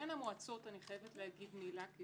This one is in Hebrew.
לעניין המועצות אני חייבת לומר מילה, כי